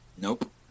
Nope